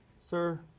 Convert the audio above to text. Sir